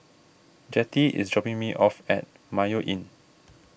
Jettie is dropping me off at Mayo Inn